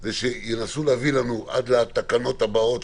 זה שינסו להביא לנו עד לתקנות הבאות,